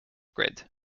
grade